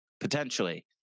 potentially